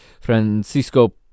Francisco